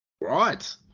Right